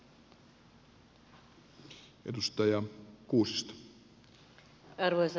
arvoisa puhemies